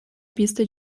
pista